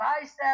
bicep